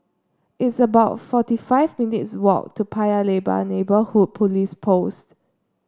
it's about forty five minutes' walk to Paya Lebar Neighbourhood Police Post